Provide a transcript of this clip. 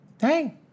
Hey